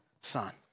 son